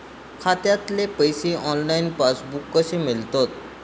खात्यातले पैसे ऑनलाइन तपासुक कशे मेलतत?